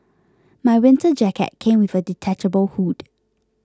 my winter jacket came with a detachable hood